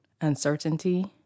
uncertainty